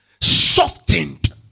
softened